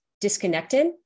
disconnected